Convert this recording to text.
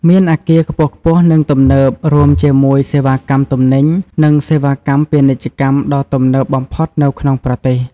មានអាគារខ្ពស់ៗ និងទំនើប រួមជាមួយសេវាកម្មទំនិញ និងសេវាកម្មពាណិជ្ជកម្មដ៏ទំនើបបំផុតនៅក្នុងប្រទេស។